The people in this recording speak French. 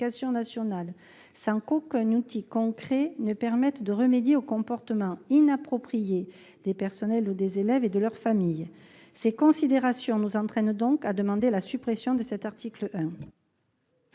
nationale, sans qu'aucun outil concret ne permette de remédier aux comportements inappropriés des personnels ou des élèves et de leurs familles. Ces considérations nous conduisent à demander la suppression de cet article.